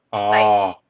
orh